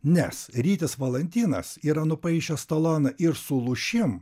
nes rytis valantinas yra nupaišęs taloną ir su lūšim